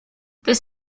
this